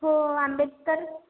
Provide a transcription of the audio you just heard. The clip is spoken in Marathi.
हो आंबेडकर